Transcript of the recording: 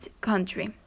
country